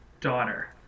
daughter